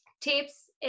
tips